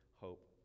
hope